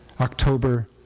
October